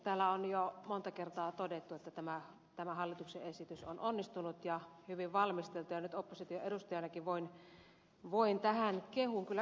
täällä on jo monta kertaa todettu että tämä hallituksen esitys on onnistunut ja hyvin valmisteltu ja nyt opposition edustajanakin voin tähän kehuun kyllä yhtyä